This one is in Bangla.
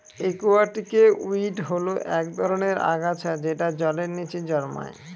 একুয়াটিকে উইড হল এক ধরনের আগাছা যেটা জলের নীচে জন্মায়